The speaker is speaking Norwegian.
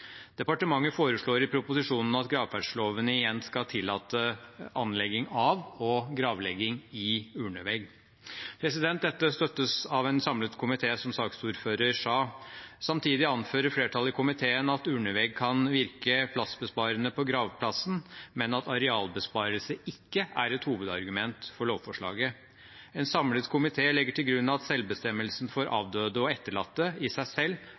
Departementet foreslår i proposisjonen at gravferdsloven igjen skal tillate anlegging av og gravlegging i urnevegg. Dette støttes av en samlet komité, som saksordføreren sa. Samtidig anfører flertallet i komiteen at en urnevegg kan virke plassbesparende på gravplassen, men at arealbesparelse ikke er et hovedargument for lovforslaget. En samlet komité legger til grunn at selvbestemmelsen for avdøde og etterlatte i seg selv